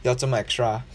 要这么 extra